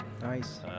Nice